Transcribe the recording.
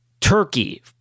Turkey